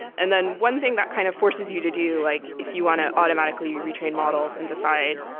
and then one thing that kind of forces you to do like if you want to automatically retrain models and decide,